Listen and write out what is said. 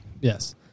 Yes